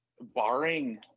barring –